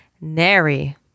Nary